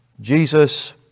Jesus